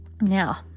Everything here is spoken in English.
now